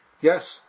Yes